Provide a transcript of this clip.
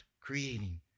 creating